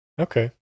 Okay